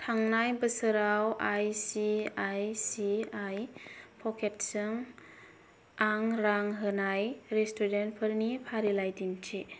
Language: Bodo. थांनाय बोसोराव I C I C I पकेट्सजों आं रां होनाय रेस्टुरेन्टफोरनि फारिलाइ दिन्थि